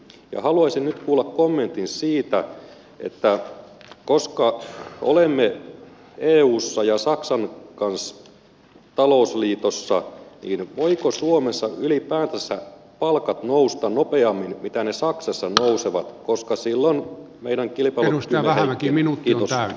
ja haluaisin nyt kuulla kommentin siitä että koska olemme eussa ja saksan kanssa talousliitossa niin voivatko suomessa ylipäätänsä palkat nousta nopeammin kuin ne saksassa nousevat koska silloin meidän kilpailukykymme heikkenee